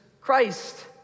Christ